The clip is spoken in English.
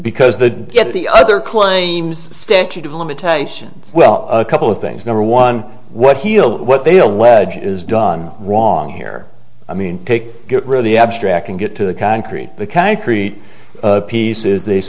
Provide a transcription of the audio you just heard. because the yet the other claims statute of limitations well a couple of things number one what he'll what they allege is done wrong here i mean take the abstract and get to the concrete the concrete piece is they